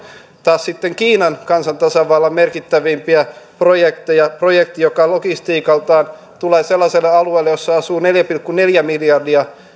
taas sitten kiinan kansantasavallan merkittävimpiä projekteja projekti joka logistiikaltaan tulee sellaiselle alueelle missä asuu neljä pilkku neljä miljardia